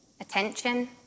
Attention